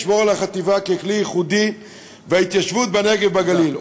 לשמור על החטיבה ככלי ייחודי בהתיישבות בנגב ובגליל,